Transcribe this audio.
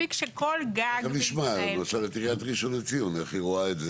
תכף נשמע למשל את עיריית ראשון לציון איך היא רואה את זה.